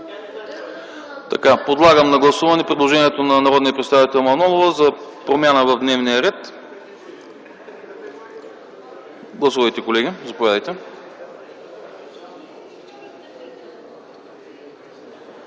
Подлагам на гласуване предложението на народния представител Манолова за промяна в дневния ред. Гласувайте, колеги. Гласували